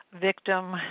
victim